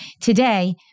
Today